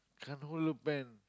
can't hold a pen